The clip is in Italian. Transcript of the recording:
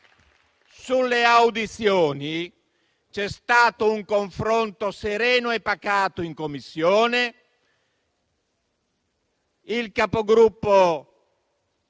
Sulle audizioni c'è stato un confronto sereno e pacato in Commissione; il Capogruppo